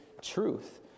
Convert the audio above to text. truth